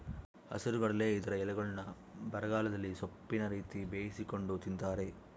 ಹಸಿರುಗಡಲೆ ಇದರ ಎಲೆಗಳ್ನ್ನು ಬರಗಾಲದಲ್ಲಿ ಸೊಪ್ಪಿನ ರೀತಿ ಬೇಯಿಸಿಕೊಂಡು ತಿಂತಾರೆ